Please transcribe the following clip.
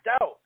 out